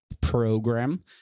program